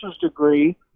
degree